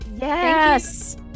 yes